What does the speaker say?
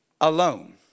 alone